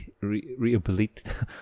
rehabilitate